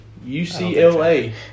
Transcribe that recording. UCLA